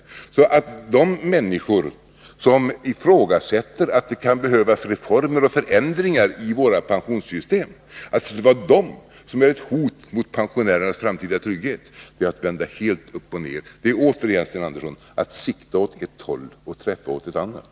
Att påstå att de människor som anser att det kan behövas reformer och förändringar i vårt pensionssystem skulle vara ett hot mot pensionärernas framtida trygghet är att vända helt upp och ned på saken. Det är åter, Sten Andersson, att sikta åt ett håll och träffa åt ett annat.